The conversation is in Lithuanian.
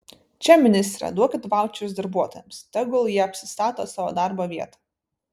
čia ministre duokit vaučerius darbuotojams tegul jie apsistato savo darbo vietą